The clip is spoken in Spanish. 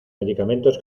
medicamentos